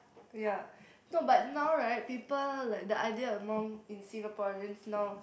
ya no but now right people like the idea among in Singaporeans now